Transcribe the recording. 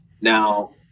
now